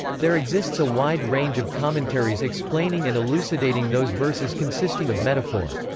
there exists a wide range of commentaries explaining and elucidating those verses consisting of metaphor.